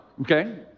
Okay